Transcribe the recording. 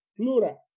plural